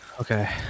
Okay